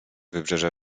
wybrzeża